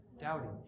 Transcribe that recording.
doubting